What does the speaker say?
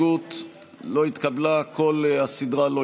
ההסתייגות (1) של קבוצת סיעת יש עתיד-תל"ם,